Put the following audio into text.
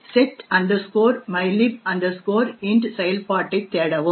Set mylib int செயல்பாட்டைத் தேடவும்